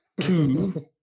Two